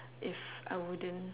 if I wouldn't